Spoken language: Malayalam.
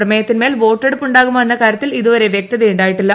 പ്രമേയത്തിന്മേൽ വോട്ടെടുപ്പ് ഉണ്ടാകുമോ എന്ന കാര്യത്തിൽ ഇതുവരെ വൃക്തത ഉണ്ടായിട്ടില്ല